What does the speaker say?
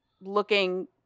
looking